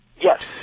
Yes